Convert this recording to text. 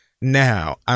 Now